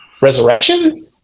Resurrection